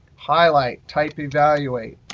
highlight, type evaluate,